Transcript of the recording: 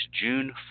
June